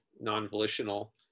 non-volitional